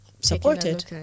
supported